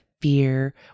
fear